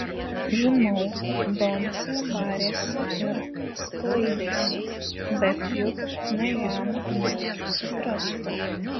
žinau doncė barėsi ir sklaidėsi bet juk ne jam mus suprasti